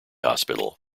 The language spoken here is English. hospital